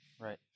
Right